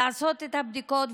לעשות את הבדיקות,